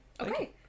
Okay